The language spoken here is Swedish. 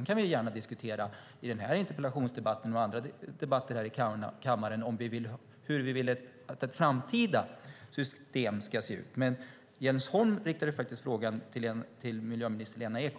Vi kan gärna diskutera i denna interpellationsdebatt och i andra debatter i kammaren hur vi vill att ett framtida system ska se ut, men Jens Holms fråga var